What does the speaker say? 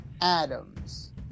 Adams